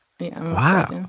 Wow